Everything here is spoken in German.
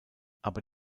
aber